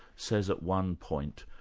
says at one point,